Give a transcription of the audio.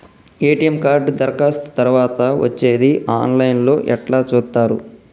ATM card దరఖాస్తు తరువాత వచ్చేది ఆన్ లైన్ లో ఎట్ల చూత్తరు?